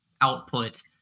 output